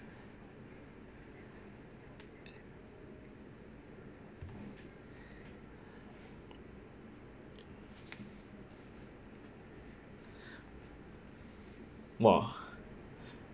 !wah!